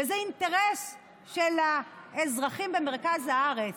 וזה אינטרס של אזרחים במרכז הארץ,